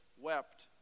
wept